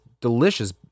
delicious